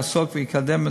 יעסוק ויקדם,